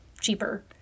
cheaper